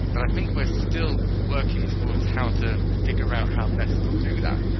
but i think we are still working towards how to figure out how best to do that.